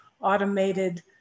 automated